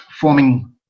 forming